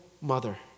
mother